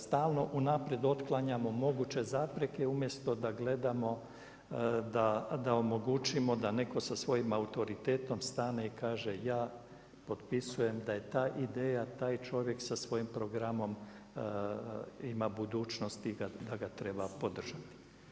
Stalno unaprijed otklanjamo moguće zapreke umjesto da gledamo da omogućimo da netko sa svojim autoritetom stane i kaže - ja potpisujem da je ta ideja, taj čovjek sa svojim programom ima budućnost i da ga treba podržati.